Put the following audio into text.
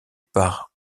par